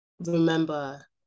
remember